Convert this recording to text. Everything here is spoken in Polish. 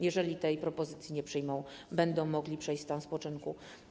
Jeżeli tej propozycji nie przyjmą, będą mogli przejść w stan spoczynku.